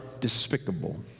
despicable